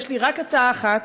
יש לי רק הצעה אחת,